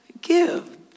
Give